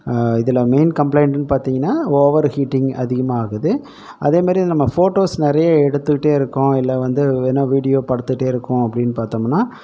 இதில் மெயின் கம்பளைண்ட்டுன்னு பார்த்திங்கன்னா ஓவர் ஹீட்டிங் அதிகமாக ஆகுது அதேமாதிரி நம்ம ஃபோட்டோஸ் நிறைய எடுத்துக்கிட்டே இருக்கோம் இல்லை வந்து வேணா வீடியோ படுத்துட்டே இருக்கோம் அப்படின்னு பார்த்தோம்னா